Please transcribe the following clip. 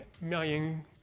million